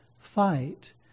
fight